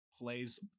plays